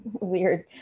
weird